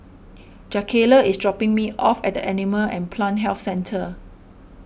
Jakayla is dropping me off at the Animal and Plant Health Centre